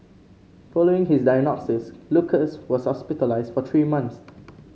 following his diagnosis Lucas was hospitalised for three months